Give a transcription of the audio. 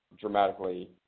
dramatically